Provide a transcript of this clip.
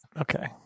okay